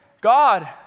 God